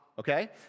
Okay